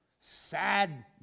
sad